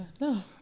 no